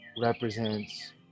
represents